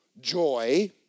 Joy